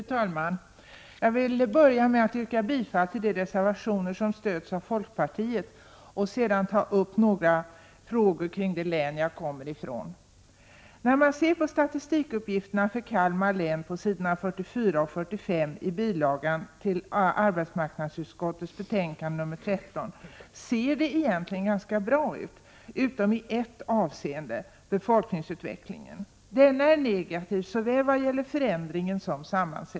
Fru talman! Jag vill börja med att yrka bifall till de reservationer som stöds av folkpartiet och sedan ta upp några frågor kring det län jag kommer ifrån. När man utgår från statistikuppgifterna för Kalmar län på s. 44 och 45 i bilagan till arbetsmarknadsutskottets betänkande nr 13, ser det egentligen ganska bra ut utom i ett avseende: befolkningsutvecklingen. Denna är negativ såväl vad gäller förändringen som sammansättningen.